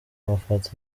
bafata